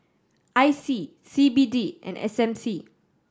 I C C B D and S M C